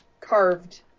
carved